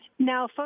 Now